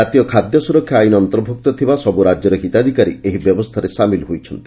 କାତୀୟ ଖାଦ୍ୟ ସ୍ରରକ୍ଷା ଆଇନ ଅନ୍ତର୍ଭ୍ରକ୍ତ ଥିବା ସବୃ ରାକ୍ୟର ହିତାଧ୍ବକାରୀ ଏହି ବ୍ୟବସ୍କାରେ ସାମିଲ୍ ହୋଇଛନ୍ତି